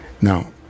Now